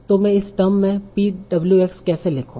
तो मैं इस टर्म में p w x कैसे लिखूं